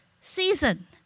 season